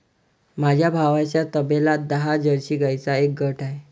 माझ्या भावाच्या तबेल्यात दहा जर्सी गाईंचा एक गट आहे